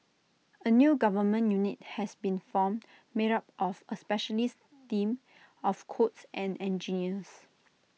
A new government unit has been formed made up of A specialist team of codes and engineers